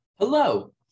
Hello